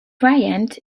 bryant